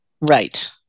Right